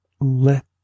let